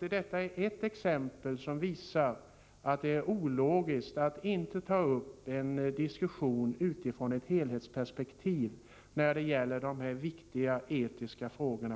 Det är ett exempel som visar att det är ologiskt att inte ta upp en diskussion utifrån ett helhetsperspektiv när det gäller dessa viktiga etiska frågor.